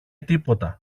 τίποτα